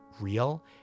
real